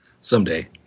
someday